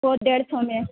وہ ڈیڑھ سو میں